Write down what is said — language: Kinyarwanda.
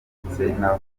n’abafatanyabikorwa